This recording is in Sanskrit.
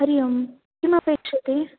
हरिः ओं किमपेक्ष्यते